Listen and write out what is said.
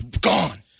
gone